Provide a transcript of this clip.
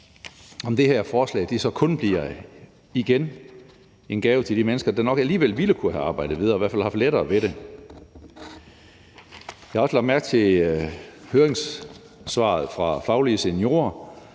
at det her forslag så igen kun bliver en gave til de mennesker, der nok alligevel ville kunne have arbejdet videre, i hvert fald ville have haft lettere ved det. Jeg har også lagt mærke til høringssvaret fra Faglige Seniorer,